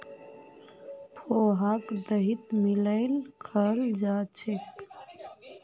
पोहाक दहीत मिलइ खाल जा छेक